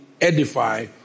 edify